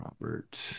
Robert